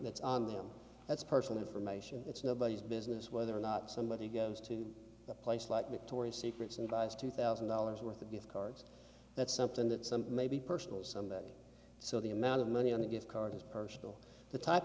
that's on them that's personal information it's nobody's business whether or not somebody goes to a place like nick torrey secrets and buys two thousand dollars worth of gift cards that's something that some maybe personal some back so the amount of money on a gift card is personal the type